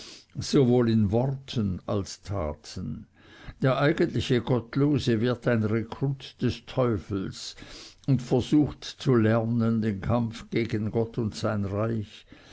sowohl in worten als taten der eigentliche gottlose wird ein rekrut des teufels und versucht zu lernen den kampf gegen gott und sein reich